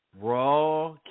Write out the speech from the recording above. Raw